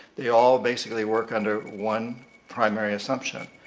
they all basically work under one primary assumption,